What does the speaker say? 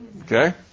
Okay